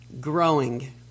growing